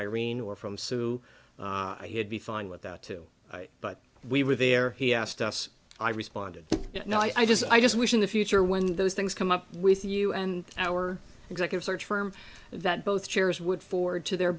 irene or from sue he'd be fine with that too but we were there he asked us i responded no i just i just wish in the future when those things come up with you and our executive search firm that both chairs would forward to their